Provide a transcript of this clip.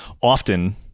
Often